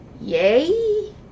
yay